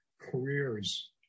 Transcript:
careers